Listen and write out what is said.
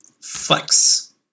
Flex